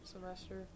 semester